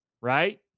right